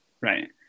Right